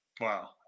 wow